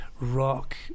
rock